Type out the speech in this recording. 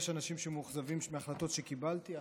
יש אנשים שמאוכזבים מהחלטות שקיבלתי,